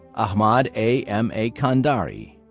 ahmad a. m a kandari.